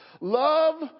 Love